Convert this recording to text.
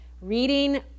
Reading